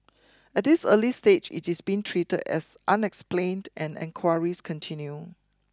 at this early stage it is being treated as unexplained and enquiries continue